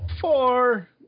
Four